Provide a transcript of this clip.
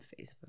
Facebook